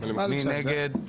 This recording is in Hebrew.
מי נגד?